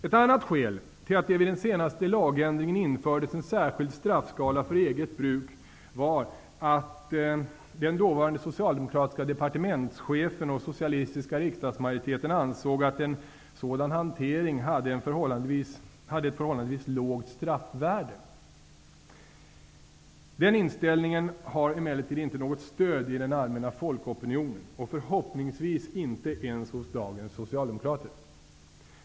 Ett annat skäl till att det vid den senaste lagändringen infördes en särskild straffskala för eget bruk var att den dåvarande socialdemokratiska departementschefen och socialistiska riksdagsmajoriteten ansåg att en sådan hantering hade ett förhållandevis lågt straffvärde. Den inställningen har emelleritd inte något stöd i den allmänna folkopinionen och förhoppningsvis inte ens hos dagens socialdemokrater.